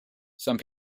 some